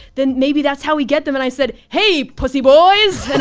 then maybe that's how we get them. and i said, hey pussy boys.